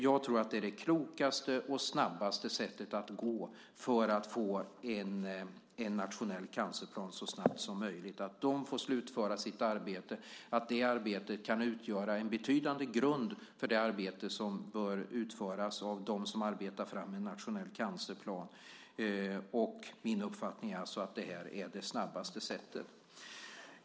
Jag tror att det är det klokaste och snabbaste sättet att gå för att få en nationell cancerplan så snabbt som möjligt att de får slutföra sitt arbete. Det arbetet kan utgöra en betydande grund för det arbete som bör utföras av dem som arbetar fram en nationell cancerplan. Min uppfattning är att det är det snabbaste sättet.